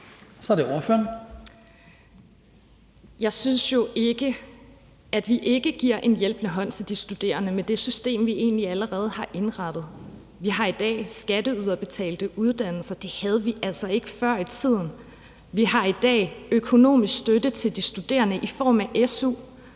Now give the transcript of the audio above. Skalvig (LA): Jeg synes jo ikke, at vi ikke giver en hjælpende hånd til de studerende med det system, vi egentlig allerede har indrettet. Vi har i dag skatteyderbetalte uddannelser. Det havde vi altså ikke før i tiden. Vi har i dag økonomisk støtte til de studerende i form af su,